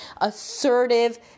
assertive